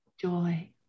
Joy